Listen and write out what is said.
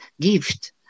gift